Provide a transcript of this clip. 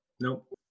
Nope